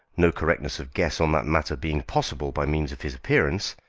no correctness of guess on that matter being possible by means of his appearance,